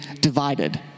divided